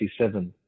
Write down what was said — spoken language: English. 1967